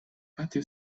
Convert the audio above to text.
patio